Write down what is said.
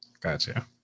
Gotcha